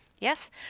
Yes